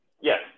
yes